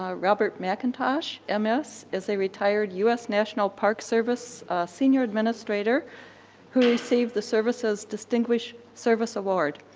um robert mcintosh, m s, is a retired u s. national park service senior administrator who received the service's distinguished service award.